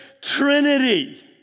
trinity